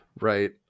right